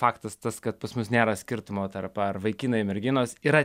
faktas tas kad pas mus nėra skirtumo tarp ar vaikinai merginos yra